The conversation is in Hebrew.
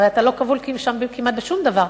הרי אתה לא כבול שם כמעט בשום דבר,